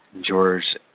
George